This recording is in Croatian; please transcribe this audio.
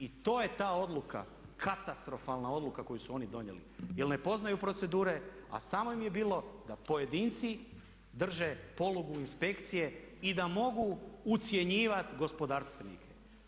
I to je ta odluka katastrofalna odluka koju su oni donijeli jer ne poznaju procedure a samo im je bilo da pojedince drže polugu inspekcije i da mogu ucjenjivati gospodarstvenike.